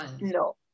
no